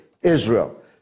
Israel